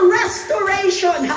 restoration